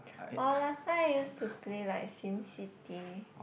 oh last time I use to play like Sim-City